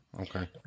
Okay